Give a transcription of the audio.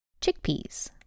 chickpeas